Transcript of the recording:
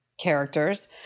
characters